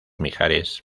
mijares